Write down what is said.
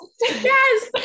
Yes